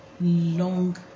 long